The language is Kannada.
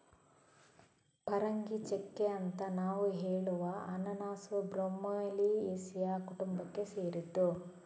ಪರಂಗಿಚೆಕ್ಕೆ ಅಂತ ನಾವು ಹೇಳುವ ಅನನಾಸು ಬ್ರೋಮೆಲಿಯೇಸಿಯ ಕುಟುಂಬಕ್ಕೆ ಸೇರಿದ್ದು